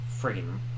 Freaking